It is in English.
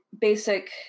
basic